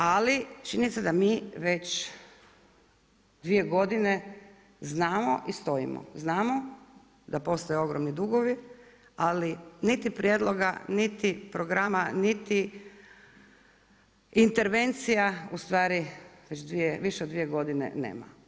Ali činjenica da mi već dvije godine znamo i stojimo, znamo da postoje ogromni dugovi ali niti prijedloga niti programa, niti intervencija u stvari već dvije, već više od dvije godine nema.